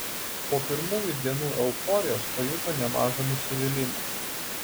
po pirmųjų dienų euforijos pajuto nemažą nusivylimą